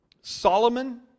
Solomon